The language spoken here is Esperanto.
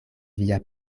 via